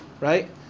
right